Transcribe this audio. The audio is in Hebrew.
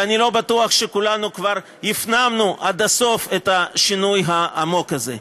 ואני לא בטוח שכולנו כבר הפנמנו עד הסוף את השינוי העמוק הזה.